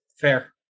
fair